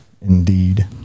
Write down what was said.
Indeed